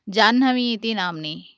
जाह्नवीति नाम्नि